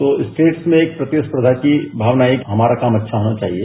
तो स्टेट्स में एक प्रतिसर्वा की भावना आई कि हमारा काम अच्छा होना चाहिए